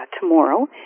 tomorrow